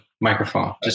microphone